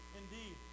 indeed